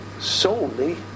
solely